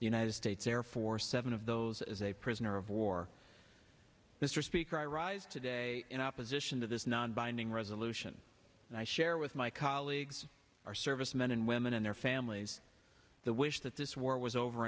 united states air force seven of those as a prisoner of war mr speaker i rise today in opposition to this non binding resolution and i share with my colleagues our servicemen and women and their families the wish that this war was over